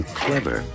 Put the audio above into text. clever